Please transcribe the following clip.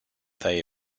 they